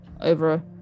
over